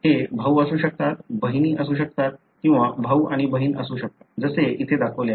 हे भाऊ असू शकतात बहिणी असू शकतात किंवा भाऊ आणि बहीण असू शकतात जसे इथे दाखवले आहे